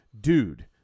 Dude